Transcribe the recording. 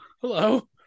hello